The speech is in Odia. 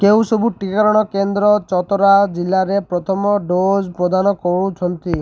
କେଉଁ ସବୁ ଟିକାକରଣ କେନ୍ଦ୍ର ଚତରା ଜିଲ୍ଲାରେ ପ୍ରଥମ ଡୋଜ୍ ପ୍ରଦାନ କରୁଛନ୍ତି